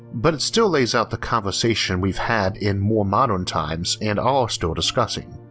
but it still lays out the conversation we've had in more modern times and are still discussing.